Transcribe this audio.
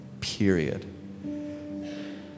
period